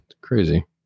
crazy